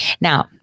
Now